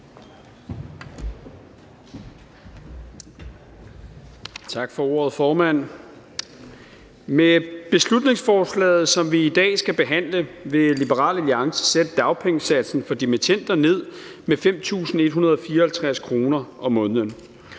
Med beslutningsforslaget, som vi i dag skal behandle, vil Liberal Alliance sætte dagpengesatsen for dimittender ned med 5.154 kr. om måneden,